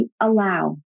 allow